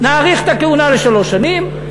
נאריך את הכהונה בשלוש שנים,